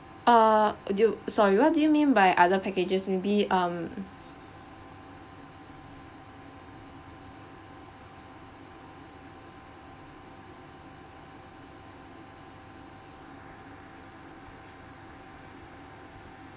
err do you sorry what do you mean by other packages maybe um